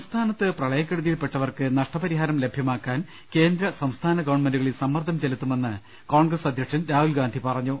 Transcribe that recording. സംസ്ഥാനത്ത് പ്രളയകെടുതിയിൽപ്പെട്ടവർക്ക് നഷ്ടപരിഹാരം ലഭ്യമാ ക്കാൻ കേന്ദ്ര സംസ്ഥാനഗവൺമെന്റുകളിൽ സമ്മർദ്ദം ചെലുത്തുമെന്ന് കോൺഗ്രസ് അധ്യക്ഷൻ രാഹുൽഗാന്ധി പറഞ്ഞു